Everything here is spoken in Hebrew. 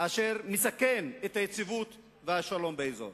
אשר מסכן את היציבות והשלום באזור,